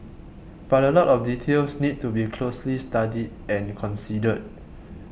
but a lot of details need to be closely studied and considered